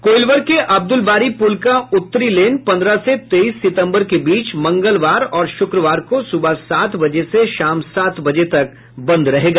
कोइलवर के अब्दुलबारी पुल का उत्तरी लेन पन्द्रह से तेईस सितम्बर के बीच मंगलवार और शुक्रवार को सुबह सात बजे से शाम सात बजे तक बंद रहेगा